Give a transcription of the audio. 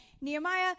Nehemiah